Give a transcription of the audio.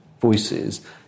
voices